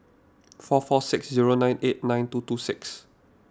four four six zero nine eight nine two two six